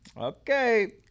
okay